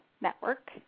Network